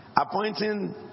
appointing